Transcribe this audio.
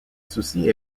soucy